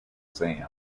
exam